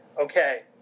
okay